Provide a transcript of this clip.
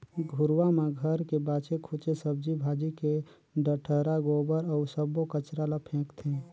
घुरूवा म घर के बाचे खुचे सब्जी भाजी के डठरा, गोबर अउ सब्बो कचरा ल फेकथें